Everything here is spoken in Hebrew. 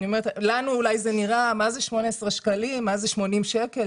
לנו אולי זה נראה מה זה 18 שקלים, מה זה 84 שקלים?